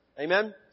Amen